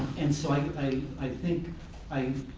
and so um i i think i